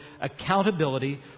Accountability